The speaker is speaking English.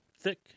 thick